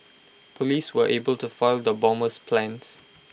Police were able to foil the bomber's plans